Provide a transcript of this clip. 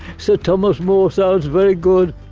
so thomas moore sounds very good.